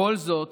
כל זאת